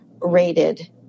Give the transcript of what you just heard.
rated